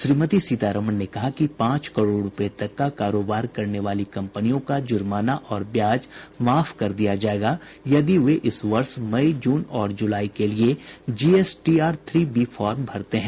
श्रीमती सीतारमन ने कहा कि पांच करोड़ रुपये तक का कारोबार करने वाली कंपनियों का जुर्माना और ब्याज माफ कर दिया जाएगा यदि वे इस वर्ष मई जून और जुलाई के लिए जीएसटीआर थ्री बी फार्म भरते हैं